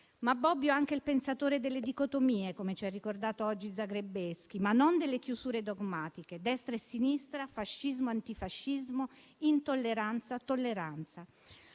Ma Bobbio è anche il pensatore delle dicotomie - come ci ha ricordato oggi Zagrebelsky - ma non delle chiusure dogmatiche: destra e sinistra, fascismo e antifascismo, intolleranza - tolleranza.